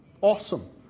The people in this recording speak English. awesome